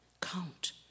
count